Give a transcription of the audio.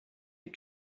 you